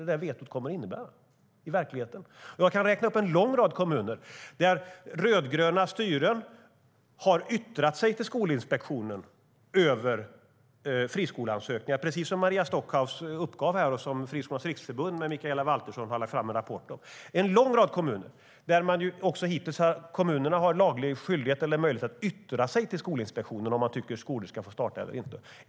Det är det vetot kommer att innebära i verkligheten. Jag kan räkna upp en lång rad kommuner där rödgröna styren har yttrat sig till Skolinspektionen över friskoleansökningar, precis som Maria Stockhaus uppgav här och som framgår av en rapport från Friskolornas riksförbund med Mikaela Valtersson. Kommunerna har en laglig skyldighet eller möjlighet att yttra sig till Skolinspektionen om huruvida skolor ska få starta eller inte.